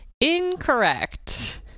incorrect